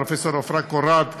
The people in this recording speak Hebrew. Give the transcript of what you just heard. פרופ' עפרה קורת ופרופ'